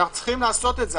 אנו צריכים לעשות את זה.